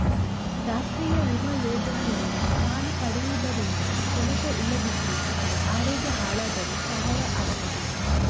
ರಾಷ್ಟೀಯ ವಿಮಾ ಯೋಜನೆಯಲ್ಲಿ ಪಾಲು ಪಡೆಯುದರಿಂದ ಕೆಲಸ ಇಲ್ದಿದ್ರೆ ಅಥವಾ ಅರೋಗ್ಯ ಹಾಳಾದ್ರೆ ಸಹಾಯ ಆಗ್ತದೆ